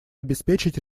обеспечить